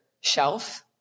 shelf